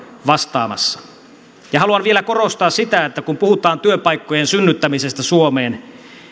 vastaamassa haluan vielä korostaa sitä että kun puhutaan työpaikkojen synnyttämisestä suomeen